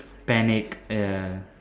panicked ya